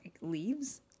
leaves